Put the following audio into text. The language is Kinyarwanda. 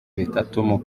bitatu